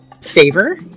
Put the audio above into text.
favor